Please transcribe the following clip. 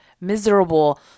miserable